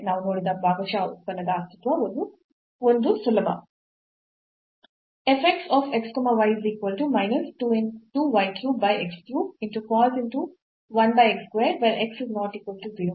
ನಾವು ನೋಡಿದ ಭಾಗಶಃ ಉತ್ಪನ್ನದ ಅಸ್ತಿತ್ವ ಒಂದು ಸುಲಭ